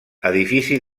edifici